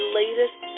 latest